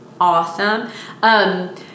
awesome